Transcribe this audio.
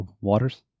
Waters